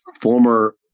former